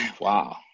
Wow